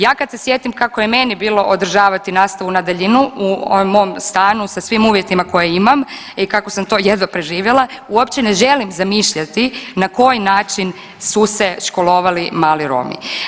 Ja kad se sjetim kako je meni bilo održavati nastavu na daljinu u mom stanu sa svim uvjetima koje imam i kako sam to jedva preživjela, uopće ne želim zamišljati na koji način su se školovali mali Romi.